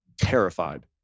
terrified